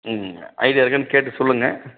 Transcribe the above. ம் ஐடியா இருக்கான்னு கேட்டு சொல்லுங்க